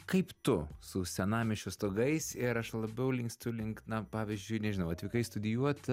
kaip tu su senamiesčio stogais ir aš labiau linkstu link na pavyzdžiui nežinau atvykai studijuot